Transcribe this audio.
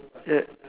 yup